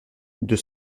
deux